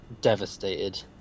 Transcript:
devastated